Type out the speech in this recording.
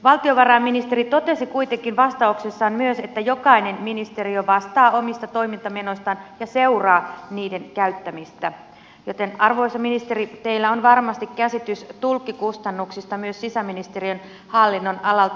valtiovarainministeri totesi kuitenkin vastauksessaan myös että jokainen ministeriö vastaa omista toimintamenoistaan ja seuraa niiden käyttämistä joten arvoisa ministeri teillä on varmasti käsitys tulkkikustannuksista myös sisäministeriön hallinnonalalta